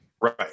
Right